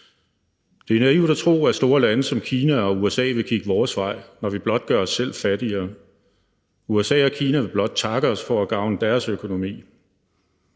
Det er naivt at tro, at store lande som Kina og USA vil kigge vores vej, når vi blot gør os selv fattigere. USA og Kina vil blot takke os for at gavne deres økonomi.